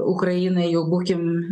ukrainai jau būkim